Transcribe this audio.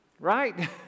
Right